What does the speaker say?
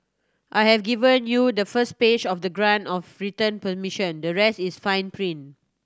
I have given you the first page of the grant of return permission the rest is fine print